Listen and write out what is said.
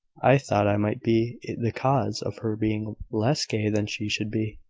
i thought i might be the cause of her being less gay than she should be.